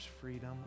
Freedom